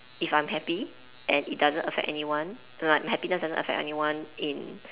if I'm happy and it doesn't affect anyone like my happiness doesn't affect anyone in